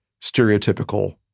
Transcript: stereotypical